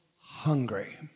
hungry